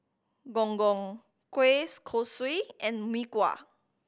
Gong Gong kueh kosui and Mee Kuah